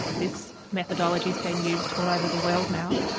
this methodology has been used all over the world now.